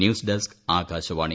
news desk Akashvani